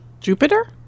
Jupiter